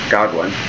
Godwin